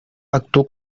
actuó